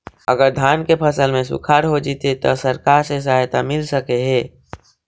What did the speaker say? अगर धान के फ़सल में सुखाड़ होजितै त सरकार से सहायता मिल सके हे?